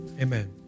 Amen